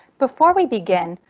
before we begin,